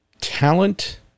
talent